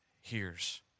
hears